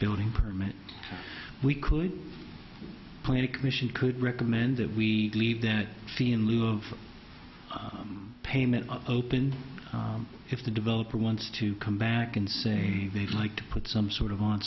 building permits we could put in a commission could recommend that we leave that fee in lieu of payment opened if the developer wants to come back and say they'd like to put some sort of on